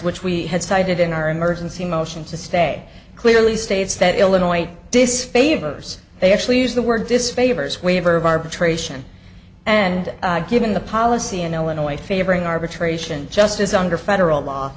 which we had cited in our emergency motion to stay clearly states that illinois disfavors they actually use the word disfavors waiver of arbitration and given the policy in illinois favoring arbitration just as under federal law